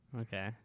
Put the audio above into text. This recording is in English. Okay